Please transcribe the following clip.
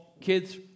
kids